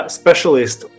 specialist